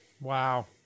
Wow